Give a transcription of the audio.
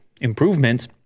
improvements